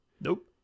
Nope